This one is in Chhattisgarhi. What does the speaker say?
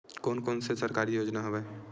कोन कोन से सरकारी योजना हवय?